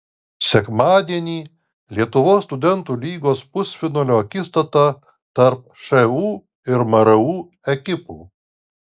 sekmadienį lietuvos studentų lygos pusfinalio akistata tarp šu ir mru ekipų